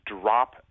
drop